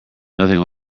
nothing